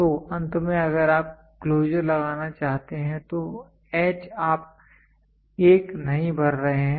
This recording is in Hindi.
तो अंत में अगर आप क्लोजर लगाना चाहते हैं तो H आप 1 नहीं भर रहे हैं